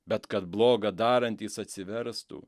bet kad bloga darantys atsiverstų